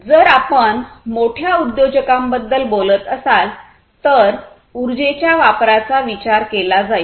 जर आपण मोठ्या उद्योजकांबद्दल बोलत असाल तर उर्जेच्या वापराचा विचार केला जाईल